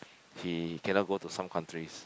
he cannot go to some countries